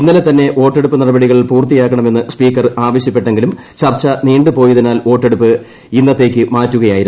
ഇന്നലെ തന്നെ വോട്ടെടുപ്പ് നടപടികൾ പൂർത്തിയാക്കണമെന്ന് സ്പീക്കർ ആവശൃപ്പെട്ടെങ്കിലും ചർച്ച നീണ്ടുപോയതിനാൽ വോട്ടെടുപ്പ് ഇന്നത്തേക്ക് മാറ്റുകയായിരുന്നു